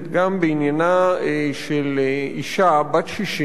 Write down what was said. בעניינה של אשה בת 60,